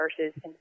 versus